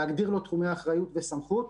להגדיר לו תחומי אחריות וסמכות